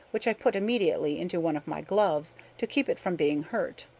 which i put immediately into one of my gloves, to keep it from being hurt.